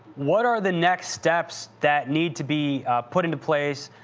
what are the next steps that need to be put into place,